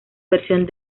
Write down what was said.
versión